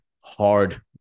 hard